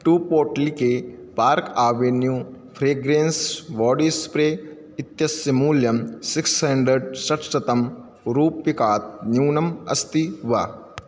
two पोटलिके Park Avenue fragrance body spray इत्यस्य मूल्यं सिक्स् हण्ड्रेड् षट्शतं रुप्यकात् न्यूनम् अस्ति वा